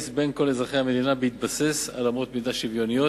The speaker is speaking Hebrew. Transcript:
בין כל אזרחי המדינה בהתבסס על אמות מידה שוויוניות,